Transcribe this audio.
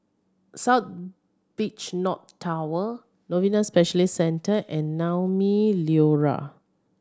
South Beach North Tower Novena Specialist Centre and Naumi Liora